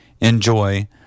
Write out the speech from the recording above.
enjoy